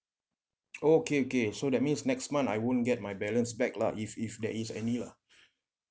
oh okay okay so that means next month I won't get my balance back lah if if there is any lah